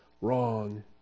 Wrong